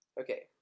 Okay